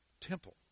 temple